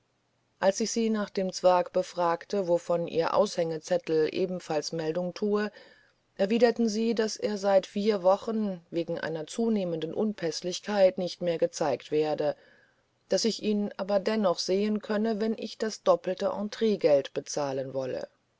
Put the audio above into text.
als ich sie nach dem zwerg befragte wovon ihr aushängezettel ebenfalls meldung tue erwiderten sie daß er seit vier wochen wegen seiner zunehmenden unpäßlichkeit nicht mehr gezeigt werde daß ich ihn aber dennoch sehen könne wenn ich das doppelte entreegeld bezahlen wolle